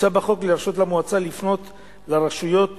מוצע בחוק להרשות למועצה לפנות לרשויות